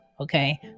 Okay